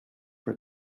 for